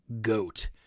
goat